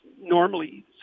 normally